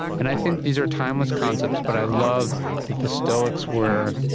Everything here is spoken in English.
and i think these are timeless concepts, but i love that the stoics were,